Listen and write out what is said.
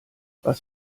was